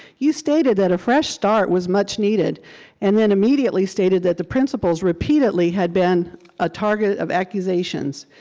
you stated that a fresh start was much needed and then immediately stated that the principals repeatedly had been a target of accusations.